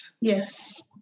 Yes